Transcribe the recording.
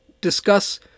discuss